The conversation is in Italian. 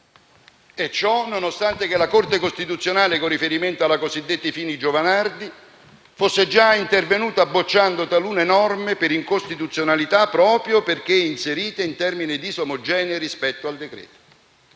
nonostante la Corte costituzionale, con riferimento alla cosiddetta legge Fini-Giovanardi, fosse già intervenuta bocciando talune norme per incostituzionalità, proprio perché inserite in termini disomogenei rispetto al decreto-legge.